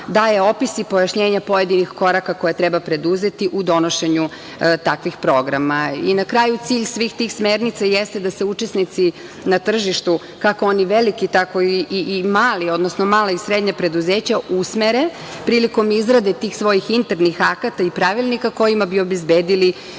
daje opis i pojašnjenja pojedinih koraka koje treba preduzeti u donošenju takvih programa. Na kraju cilj svih tih smernica jeste da se učesnici na tržištu kako oni veliki, tako i mali, odnosno mala i srednja preduzeća usmere prilikom izrade tih svojih internih akata i pravilnika kojima bi obezbedili